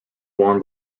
worn